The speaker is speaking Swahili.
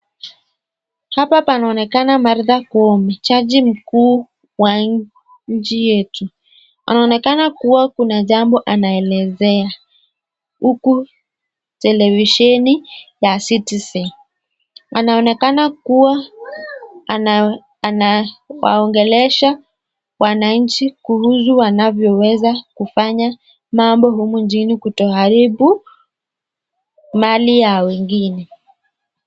Hapa panaonekana Martha Koome, chaji Mkuu wa nchi yetu. Anaonekana kuwa kuna jambo anaelezea huku televisheni ya Citizen. Anaonekana kuwa anawaongelelesha wananchi kuhusu wanavyoweza kufanya mambo humu nchini kutoharibu mali ya wengine.